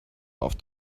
auf